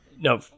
No